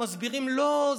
מסבירים: לא,